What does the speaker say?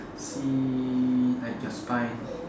see like your spine